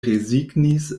rezignis